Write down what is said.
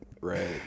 right